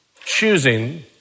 choosing